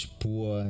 poor